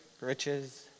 riches